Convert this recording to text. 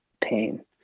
pain